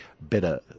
better